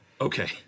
Okay